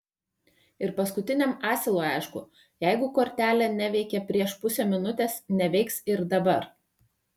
ir paskutiniam asilui aišku jeigu kortelė neveikė prieš pusę minutės neveiks ir dabar